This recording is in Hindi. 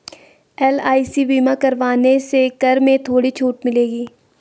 एल.आई.सी बीमा करवाने से कर में थोड़ी छूट मिलेगी